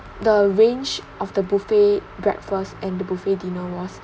the range of the buffet breakfast and the buffet dinner was